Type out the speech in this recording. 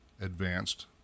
advanced